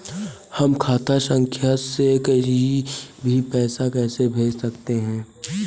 हम खाता संख्या से कहीं भी पैसे कैसे भेज सकते हैं?